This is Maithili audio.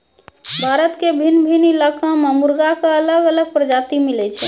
भारत के भिन्न भिन्न इलाका मॅ मुर्गा के अलग अलग प्रजाति मिलै छै